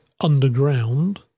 underground